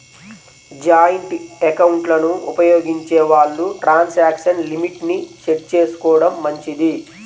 joint ఎకౌంట్లను ఉపయోగించే వాళ్ళు ట్రాన్సాక్షన్ లిమిట్ ని సెట్ చేసుకోడం మంచిది